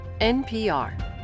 NPR